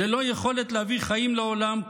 ללא יכולת להביא חיים לעולם,